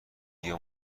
بیا